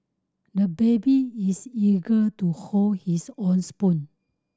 the baby is eager to hold his own spoon